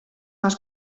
las